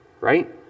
right